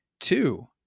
two